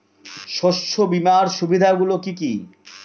শস্য বীমার সুবিধা গুলি কি কি?